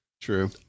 True